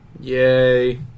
Yay